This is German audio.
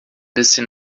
bisschen